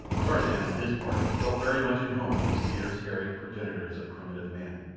tarzan on his part felt very much at home with these fierce, hairy progenitors of primitive man.